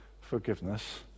forgiveness